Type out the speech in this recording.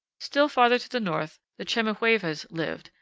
still farther to the north the chemehuevas lived,